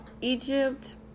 egypt